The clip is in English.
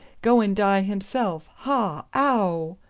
go and die himself. haw ow!